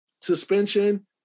suspension